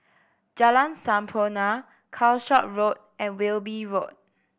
Jalan Sampurna Calshot Road and Wilby Road